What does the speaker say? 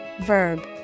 verb